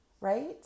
right